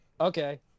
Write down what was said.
Okay